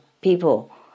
people